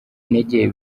intege